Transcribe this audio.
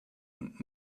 und